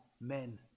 men